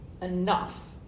enough